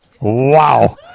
Wow